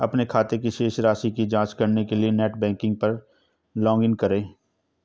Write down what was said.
अपने खाते की शेष राशि की जांच करने के लिए नेट बैंकिंग पर लॉगइन कैसे करें?